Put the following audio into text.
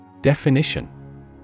Definition